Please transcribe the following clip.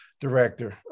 director